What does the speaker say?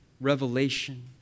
revelation